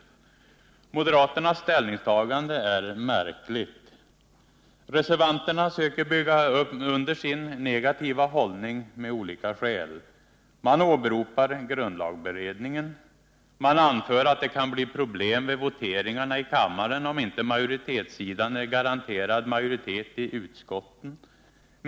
Moderaternas ställningstagande är märkligt. Reservanterna söker bygga under sin negativa hållning med olika skäl. Man åberopar grundlagberedningen. Man anför att det kan bli problem vid voteringarna i kammaren, om inte majoritetssidan är garanterad majoritet i utskotten.